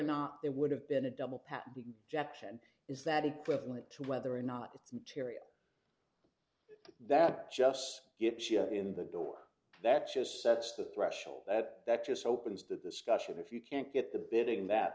not there would have been a double patently jackson is that equivalent to whether or not it's material that just gets in the door that just sets the threshold that that just opens the discussion if you can't get the building that